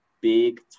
Big